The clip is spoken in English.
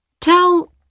Tell